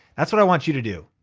that's what i want you to do.